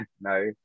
no